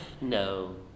No